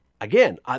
Again